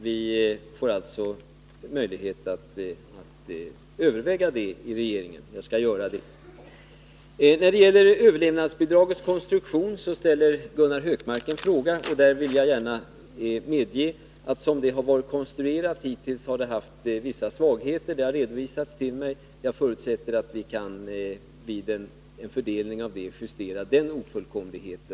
Vi får alltså möjlighet att överväga den saken i regeringen. Jag skall se till att så sker. Gunnar Hökmark har ställt en fråga till mig om överlevnadsbidragets konstruktion. Jag medger gärna att detta bidrag, såsom det hittills varit konstruerat, har haft vissa svagheter. Det har jag fått redovisat. Jag förutsätter att vi vid en fördelning kan åstadkomma en justering när det gäller denna redovisade ofullkomlighet.